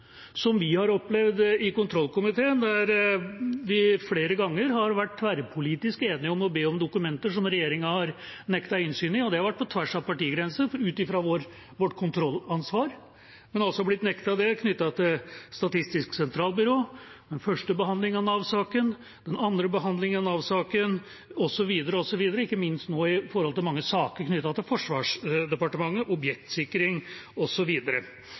som vi har opplevd i kontrollkomiteen, der vi flere ganger har vært tverrpolitisk enige om å be om dokumenter som regjeringa har nektet innsyn i, og det har vært på tvers av partigrenser, ut fra vårt kontrollansvar. Vi har også blitt nektet det knyttet til Statistisk sentralbyrå, første behandling av Nav-saken, andre behandling av Nav-saken, osv., osv. – og ikke minst nå i mange saker knyttet til Forsvarsdepartementet, objektsikring,